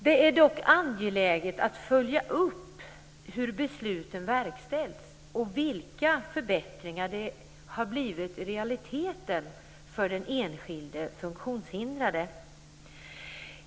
Det är dock angeläget att följa upp hur besluten verkställs och vilka förbättringar som det har blivit i realiteten för den enskilde funktionshindrade.